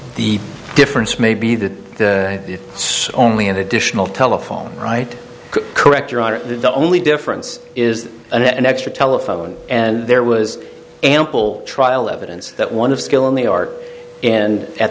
the difference may be that if it's only an additional telephone right correct your honor the only difference is an extra telephone and there was ample trial evidence that one of skill in the art and at